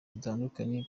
dutandukanye